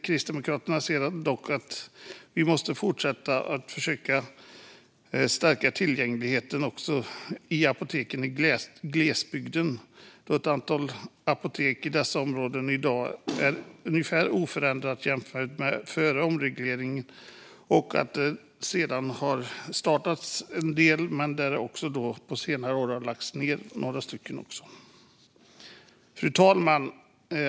Kristdemokraterna ser dock att vi måste fortsätta stärka tillgången till apotek också i glesbygden. Antalet apotek i dessa områden i dag är ungefär oförändrat jämfört med före omregleringen. Det har startats en del, men de senaste åren har några tyvärr också lagts ned. Fru talman!